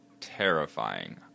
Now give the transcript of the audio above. terrifying